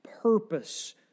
purpose